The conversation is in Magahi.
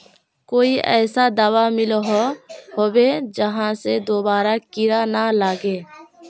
कोई ऐसा दाबा मिलोहो होबे जहा से दोबारा कीड़ा ना लागे?